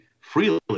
freely